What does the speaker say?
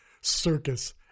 circus